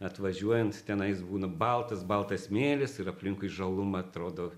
atvažiuojant tenais būna baltas baltas smėlis ir aplinkui žaluma atrodo